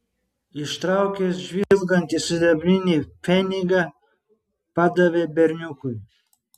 ištraukęs žvilgantį sidabrinį pfenigą padavė berniukui